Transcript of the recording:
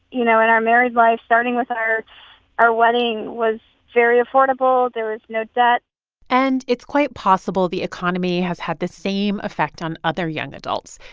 you know, in our married life, starting with our our wedding, was very affordable. there was no debt and it's quite possible the economy has had the same effect on other young adults.